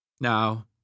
Now